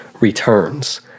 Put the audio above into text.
returns